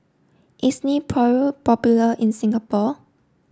is Nepro popular in Singapore